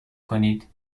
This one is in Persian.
کنید